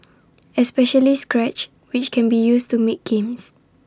especially scratch which can be used to make games